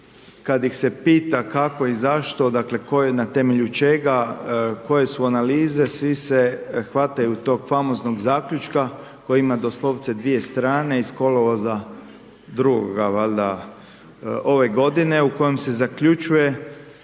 kad ih se pita kako i zašto, dakle, tko je, na temelju čega, koje su analize, svi se hvataju toga famoznog Zaključka koji ima doslovce dvije strane iz kolovoza drugoga, valjda, ove godine, u kojem se zaključuje